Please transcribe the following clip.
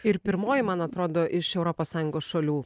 ir pirmoji man atrodo iš europos sąjungos šalių